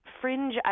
fringe